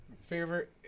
favorite